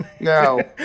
No